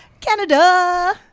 Canada